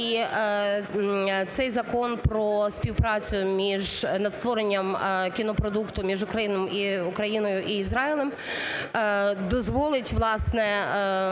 і цей Закон про співпрацю між… над створення кінопродукту між Україною і Ізраїлем, дозволить, власне,